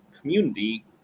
community